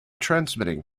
transmitting